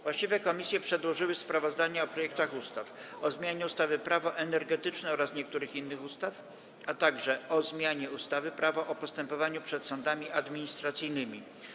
Właściwe komisje przedłożyły sprawozdania o projektach ustaw: - o zmianie ustawy Prawo energetyczne oraz niektórych innych ustaw, - o zmianie ustawy Prawo o postępowaniu przed sądami administracyjnymi.